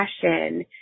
passion